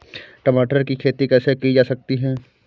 टमाटर की खेती कैसे की जा सकती है?